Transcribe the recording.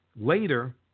Later